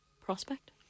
Prospect